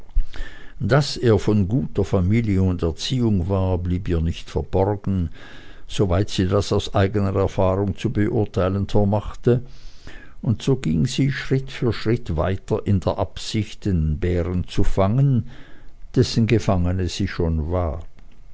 daß er von guter familie und erziehung war blieb ihr nicht verborgen soweit sie das aus eigener erfahrung zu beurteilen vermochte und so ging sie schritt für schritt weiter in der absicht den bären zu fangen dessen gefangene sie schon war